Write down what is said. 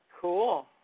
Cool